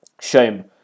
shame